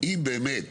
אם באמת